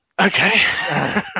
Okay